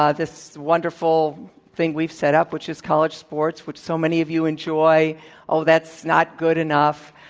ah this wonderful thing we've set up, which is college sports, which so many of you enjoy oh, that's not good enough.